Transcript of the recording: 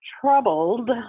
troubled